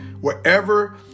wherever